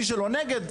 מי שלא נגד.